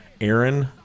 Aaron